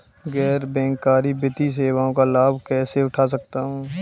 गैर बैंककारी वित्तीय सेवाओं का लाभ कैसे उठा सकता हूँ?